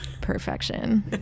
perfection